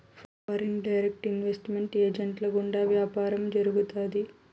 foreign direct investment ఏజెంట్ల గుండా వ్యాపారం జరుగుతాది